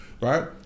Right